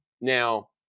Now